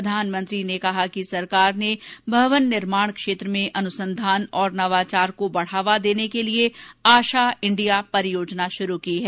प्रधानमंत्री ने कहा कि सरकार ने भवन निर्माण क्षेत्र में अनुसंघान और नवाचार को बढ़ावा देने के लिए आशा इंडिया परियोजना शुरू की है